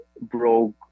broke